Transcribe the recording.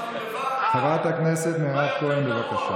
חברת הכנסת מירב כהן, בבקשה.